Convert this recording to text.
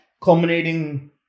culminating